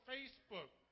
Facebook